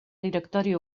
directori